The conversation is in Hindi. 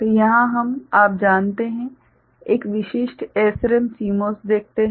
तो यहाँ हम आप जानते हैं एक विशिष्ट SRAM CMOS देखते है